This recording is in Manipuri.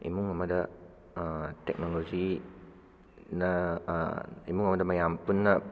ꯏꯃꯨꯡ ꯑꯃꯗ ꯇꯦꯛꯅꯣꯂꯣꯖꯤꯅ ꯏꯃꯨꯡ ꯑꯃꯗ ꯃꯌꯥꯝ ꯄꯨꯟꯅ